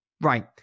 Right